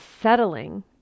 settling